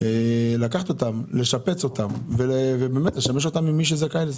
ואפשר לקחת אותן, לשפץ אותן ולתת+ אותן למי שזכאי.